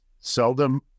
seldom